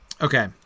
Okay